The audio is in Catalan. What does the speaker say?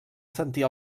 sentir